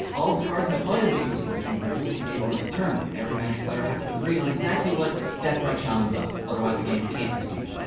all of the cards have unambiguous functions and the rules of the game are determinate. every magic player has to agree on exactly what death right shaman does, otherwise the game can't proceed.